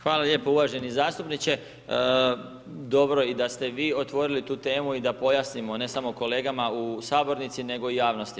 Hvala lijepo uvaženi zastupniče, dobro i da ste vi otvorili tu temu i da pojasnimo, ne samo kolegama u sabornici, nego i javnosti.